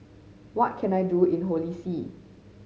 what can I do in Holy See